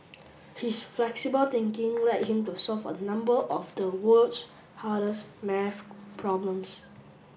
his flexible thinking led him to solve a number of the world's hardest maths problems